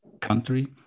country